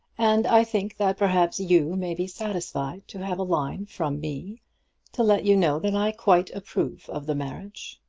and i think that perhaps you may be satisfied to have a line from me to let you know that i quite approve of the marriage.